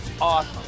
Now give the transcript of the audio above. Awesome